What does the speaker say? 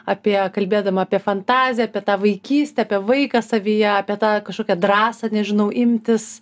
apie kalbėdama apie fantaziją apie tą vaikystę apie vaiką savyje apie tą kažkokią drąsą nežinau imtis